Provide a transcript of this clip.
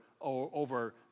over